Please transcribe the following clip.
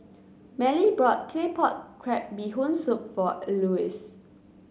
Mallie bought Claypot Crab Bee Hoon Soup for Elois